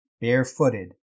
barefooted